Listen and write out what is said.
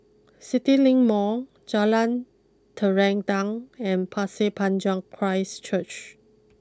CityLink Mall Jalan Terentang and Pasir Panjang Christ Church